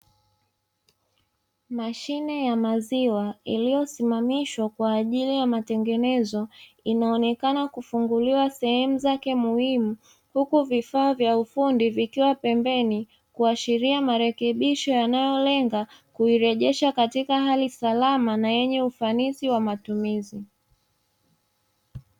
Mashine ya maziwa iliyosimamishwa kwa ajili ya matengenezo, inaonekana kufunguliwa sehemu zake muhimu huku vifaa vya ufundi vikiwa pembeni; kuashiria marekebisho yanayolenga kuirejesha katika hali salama na yenye ufanisi wa matumizi.